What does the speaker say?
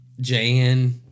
Jan